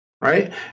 right